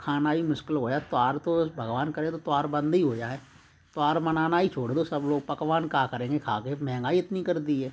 खाना भी मुश्किल हो गया त्यौहार तो भगवान करे तो त्यौहार बंद ही हो जाए त्यौहार मनाना ही छोड़ दो सब लोग पकवान का करेंगे खाके महंगाई इतनी कर दी है